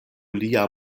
lia